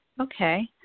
okay